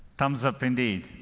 thumbs up indeed.